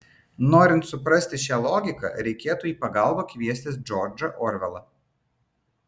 norint suprasti šią logiką reikėtų į pagalbą kviestis džordžą orvelą